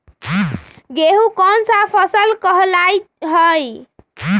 गेहूँ कोन सा फसल कहलाई छई?